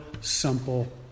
simple